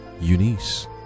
Eunice